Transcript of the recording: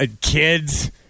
kids